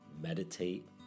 meditate